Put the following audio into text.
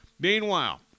Meanwhile